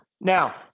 Now